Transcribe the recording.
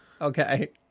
Okay